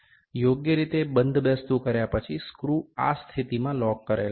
યોગ્ય રીતે બંધબેસતું કર્યા પછી સ્ક્રુ આ સ્થિતિમાં લોક કરેલ છે